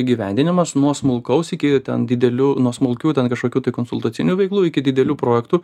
įgyvendinimas nuo smulkaus iki ten didelių nuo smulkių ten kažkokių tai konsultacinių veiklų iki didelių projektų